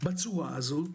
בצורה הזאת.